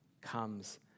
comes